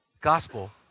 Gospel